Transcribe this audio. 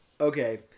Okay